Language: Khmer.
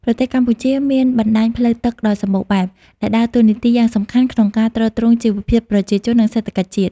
ប្រទេសកម្ពុជាមានបណ្តាញផ្លូវទឹកដ៏សម្បូរបែប ដែលដើរតួនាទីយ៉ាងសំខាន់ក្នុងការទ្រទ្រង់ជីវភាពប្រជាជន និងសេដ្ឋកិច្ចជាតិ។